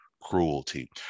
cruelty